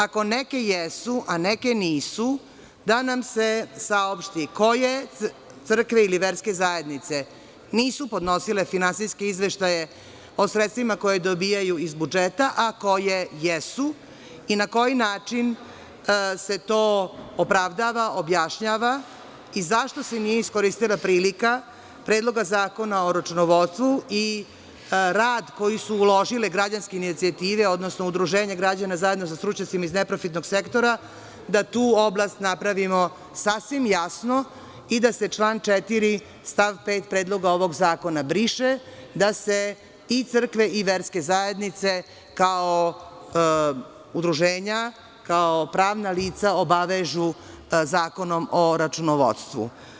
Ako neke jesu, a neke nisu, da nam se saopšti koje crkve ili verske zajednice nisu podnosile finansijske izveštaje o sredstvima koja dobijaju iz budžeta, a koje jesu i na koji način se to opravdava, objašnjava i zašto se nije iskoristila prilika Predloga zakona o računovodstvu i rad koji su uložile građanske inicijative, odnosno Udruženje građana zajedno sa stručnjacima iz neprofitnog sektora, da tu oblast napravimo sasvim jasno i da se član 4. stav 5. Predloga ovog zakona briše, da se i crkve i verske zajednice, kao udruženja, kao pravna lica, obavežu zakonom o računovodstvu?